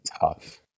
tough